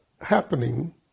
happening